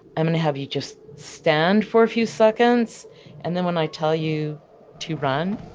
i'm going to have you just stand for a few seconds and then when i tell you to run,